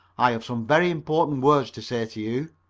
i have some very important words to say to you.